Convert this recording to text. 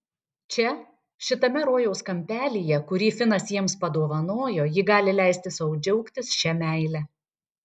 čia šitame rojaus kampelyje kurį finas jiems padovanojo ji gali leisti sau džiaugtis šia meile